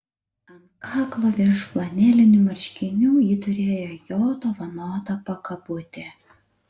ant kaklo virš flanelinių marškinių ji turėjo jo dovanotą pakabutį